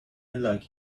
like